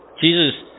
Jesus